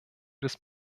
des